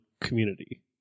community